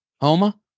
Homa